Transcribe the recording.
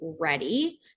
ready